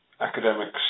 academics